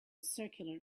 circular